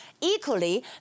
Equally